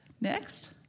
Next